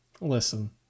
Listen